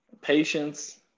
patience